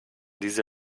diese